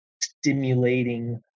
stimulating